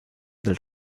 del